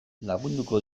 lagunduko